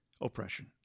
oppression